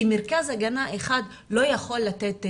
כי מרכז הגנה אחד לא יכול לתת מענה.